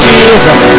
Jesus